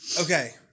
Okay